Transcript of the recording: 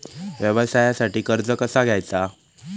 व्यवसायासाठी कर्ज कसा घ्यायचा?